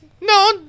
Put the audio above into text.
No